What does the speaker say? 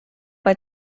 bei